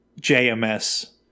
JMS